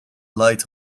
light